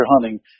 hunting